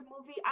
movie